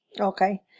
Okay